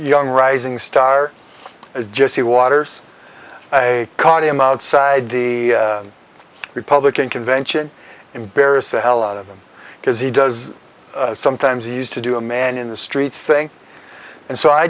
young rising star jesse waters i caught him outside the republican convention embarrass the hell out of them because he does sometimes he used to do a man in the streets thing and so i